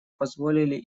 позволили